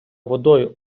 водою